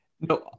no